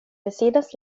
decidas